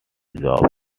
job